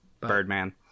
Birdman